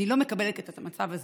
אני לא מקבלת את המצב הזה.